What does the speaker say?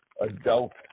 adult